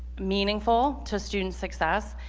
meaningful to student success,